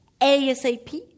ASAP